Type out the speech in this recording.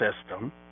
System